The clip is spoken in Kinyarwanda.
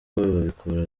babikora